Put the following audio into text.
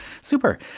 super